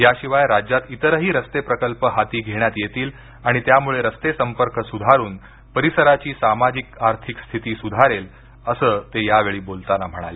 याशिवाय राज्यात इतरही रस्ते प्रकल्प हाती घेण्यात येतील आणि त्यामुळे रस्ते संपर्क सुधारून परिसराची सामाजिक आर्थिक स्थिती सुधारेल असं ते यावेळी बोलताना म्हणाले